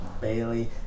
Bailey